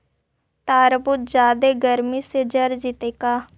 तारबुज जादे गर्मी से जर जितै का?